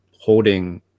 holding